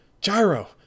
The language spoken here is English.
gyro